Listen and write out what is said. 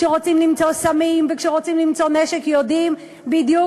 כשרוצים למצוא סמים וכשרוצים למצוא נשק יודעים בדיוק